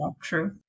True